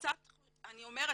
אני אומרת,